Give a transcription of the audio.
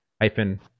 hyphen